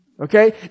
Okay